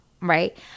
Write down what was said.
right